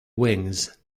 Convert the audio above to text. wings